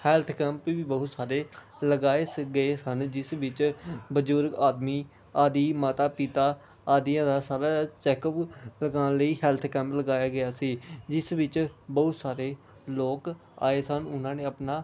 health camp ਵੀ ਬਹੁਤ ਸਾਰੇ ਲਗਾਏ ਸੀਗੇ ਸਨ ਜਿਸ ਵਿੱਚ ਬਜ਼ੁਰਗ ਆਦਮੀ ਆਦਿ ਮਾਤਾ ਪਿਤਾ ਆਦਿ ਦਾ ਸਾਰਾ ਚੈੱਕਅਪ ਲਗਾਉਣ ਲਈ ਹੈਲਥ ਕੈਂਪ ਲਗਾਇਆ ਗਿਆ ਸੀ ਜਿਸ ਵਿੱਚ ਬਹੁਤ ਸਾਰੇ ਲੋਕ ਆਏ ਸਨ ਉਹਨਾਂ ਨੇ ਆਪਣਾ